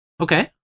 Okay